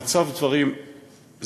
במצב דברים זה,